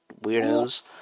weirdos